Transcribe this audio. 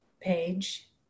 page